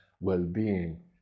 well-being